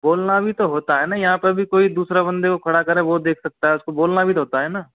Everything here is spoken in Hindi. बोलना भी तो होता है ना यहाँ पे भी कोई दूसरे बंदे को खड़ा करे वो देख सकता है उसको बोलना भी तो होता है ना